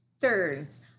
thirds